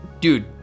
Dude